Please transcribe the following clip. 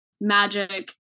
magic